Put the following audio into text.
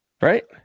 right